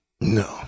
no